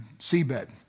seabed